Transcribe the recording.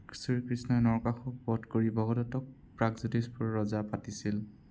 শ্ৰীকৃষ্ণৰ নৰকাসুৰক বধ কৰি ভগদত্তক প্ৰাগজ্যোতিষপুৰৰ ৰজা পাতিছিল